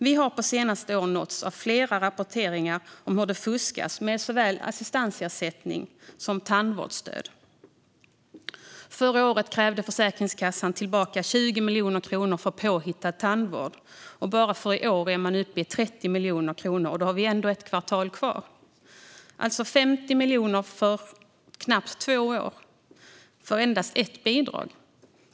Vi har på senare år nåtts av flera rapporteringar om hur det fuskas med såväl assistansersättning som tandvårdsstöd. Förra året krävde Försäkringskassan tillbaka 20 miljoner kronor för påhittad tandvård. Bara för i år är man uppe i 30 miljoner kronor, och då har vi ändå ett kvartal kvar. Det är alltså 50 miljoner kronor på knappt två år för endast ett bidrag.